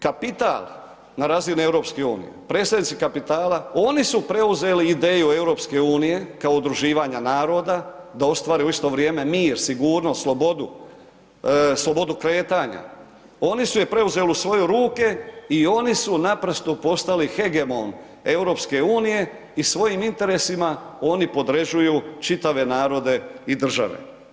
Kapital na razini EU, predstavnici kapitala, oni su preuzeli ideju EU kao udruživanja naroda, da ostvare u isto vrijeme mir, sigurnost, slobodu, slobodu kretanja, oni su je preuzeli u svoje ruke i oni su naprosto postali hegemon EU i svojim interesima oni podređuju čitave narode i države.